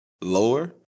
lower